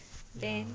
then